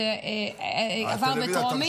שעבר בטרומית,